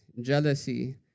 jealousy